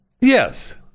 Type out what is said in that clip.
Yes